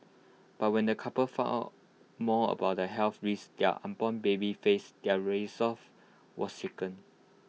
but when the couple found out more about the health risks their unborn baby faced their resolve was shaken